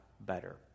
better